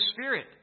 Spirit